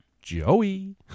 Joey